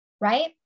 Right